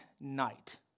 night